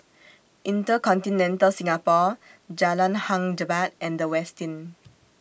InterContinental Singapore Jalan Hang Jebat and The Westin